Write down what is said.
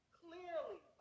clearly